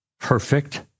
perfect